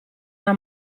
una